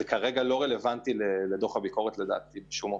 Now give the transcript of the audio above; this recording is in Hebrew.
כרגע זה לא רלוונטי לדוח הביקורת בשום אופן.